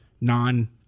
non